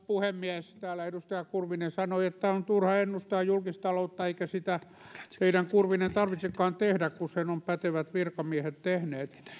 puhemies täällä edustaja kurvinen sanoi että on turha ennustaa julkistaloutta eikä sitä teidän kurvinen tarvitsekaan tehdä kun sen ovat pätevät virkamiehet tehneet